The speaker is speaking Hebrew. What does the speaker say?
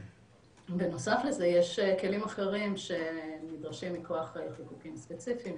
בנוסף לזה יש כלים אחרים שנדרשים מכוח חוקים ספציפיים,